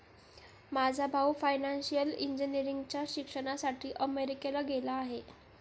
माझा भाऊ फायनान्शियल इंजिनिअरिंगच्या शिक्षणासाठी अमेरिकेला गेला आहे